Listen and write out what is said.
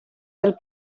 del